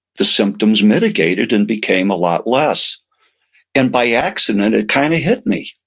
the symptoms mitigated and became a lot less and by accident, it kind of hit me.